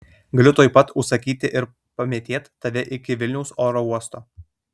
galiu tuoj pat užsakyti ir pamėtėt tave iki vilniaus oro uosto